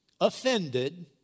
offended